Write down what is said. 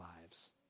lives